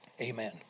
Amen